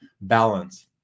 balance